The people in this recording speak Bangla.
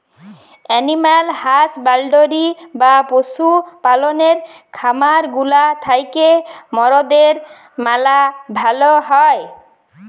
এনিম্যাল হাসব্যাল্ডরি বা পশু পাললের খামার গুলা থ্যাকে মরদের ম্যালা ভাল হ্যয়